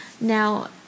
Now